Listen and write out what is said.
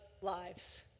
lives